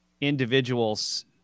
individuals